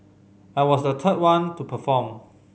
I was the third one to perform